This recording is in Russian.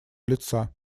лица